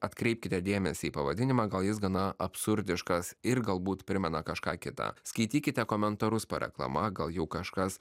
atkreipkite dėmesį į pavadinimą gal jis gana absurdiškas ir galbūt primena kažką kitą skaitykite komentarus po reklama gal jau kažkas